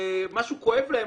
משהו כואב להם,